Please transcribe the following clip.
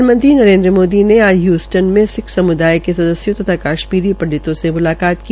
प्रधानमंत्री नरेन्द्र मोदी ने आज हयूस्टन में सिक्ख समुदाय के सदस्यों तथा कश्मीरी पंडितों से मुलाकात की